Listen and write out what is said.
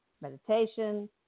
Meditation